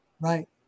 Right